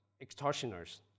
extortioners